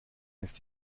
ist